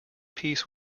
peace